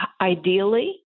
ideally